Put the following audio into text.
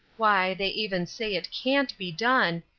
why, they even say it can't be done,